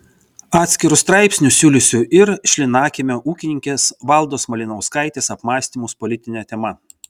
atskiru straipsniu siūlysiu ir šlynakiemio ūkininkės valdos malinauskaitės apmąstymus politine tema